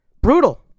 brutal